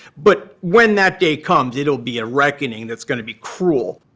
but when that day comes, it'll be a reckoning that's going to be cruel.